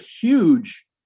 huge